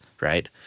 right